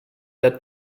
der